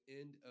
end